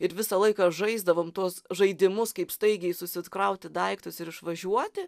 ir visą laiką žaisdavom tuos žaidimus kaip staigiai susikrauti daiktus ir išvažiuoti